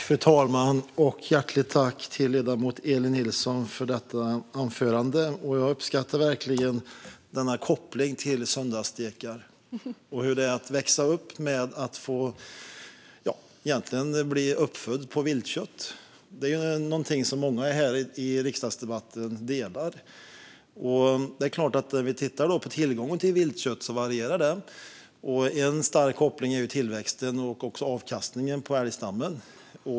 Fru talman! Hjärtligt tack till ledamoten Elin Nilsson för detta anförande! Jag uppskattar verkligen kopplingen till söndagssteken och hur det är att växa upp och egentligen bli uppfödd på viltkött. Det är något som många deltagare i denna riksdagsdebatt delar. När vi tittar på tillgången till viltkött ser vi att den varierar. Detta är starkt kopplat till tillväxten hos och avkastningen från älgstammen.